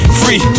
free